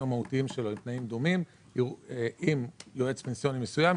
המהותיים שלו הם תנאים דומים עם יועץ פנסיוני מסוים,